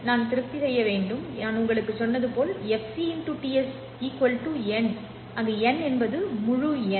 நான் திருப்தி செய்ய வேண்டும் நான் உங்களுக்கு சொன்னது போல் fcTs n அங்கு n என்பது எந்த முழு எண்